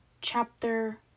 chapter